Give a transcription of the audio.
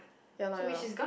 ya loh ya loh